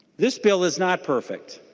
this bill is not perfect.